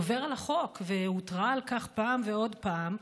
עובר על החוק, והותרה על כך פעם ועוד פעם.